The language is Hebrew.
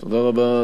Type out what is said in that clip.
נתקבלה.